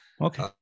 Okay